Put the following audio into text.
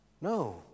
No